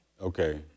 Okay